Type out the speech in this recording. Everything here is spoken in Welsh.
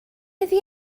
iddi